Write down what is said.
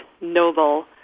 noble